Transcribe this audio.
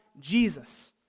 Jesus